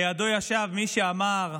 לידו ישב מי שאמר: